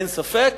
אין ספק,